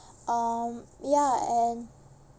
um ya and